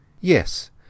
Yes